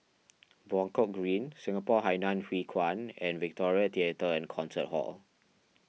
Buangkok Green Singapore Hainan Hwee Kuan and Victoria theatre and Concert Hall